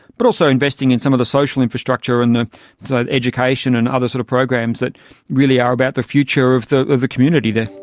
but also investing in some of the social infrastructure, and so education and other sort of programs that really are about the future of the the community there.